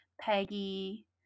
peggy